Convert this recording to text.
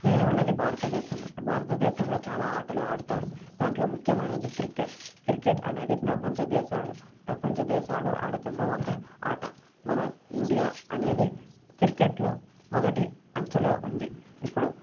నేను ఉన్నది భారతదేశంలో భారతదేశంలో చాలా ఆటలు ఆడుతారు దాంట్లో ముఖ్యమైనది క్రికెట్ క్రికెట్ అనేది ప్రపంచ దేశాల ప్రపంచ దేశాలు ఆడుతున్న ఒక ఆట మన ఇండియా అనేది క్రికెట్లో మొదటి అంచెలో ఉంది ఇప్పుడు